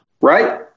Right